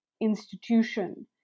institution